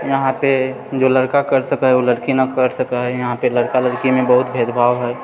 यहाँपे जो लड़का कर सकए है ओ लड़की नहि कर सकए है यहाँपे लड़का लड़कीमे बहुत भेद भाव है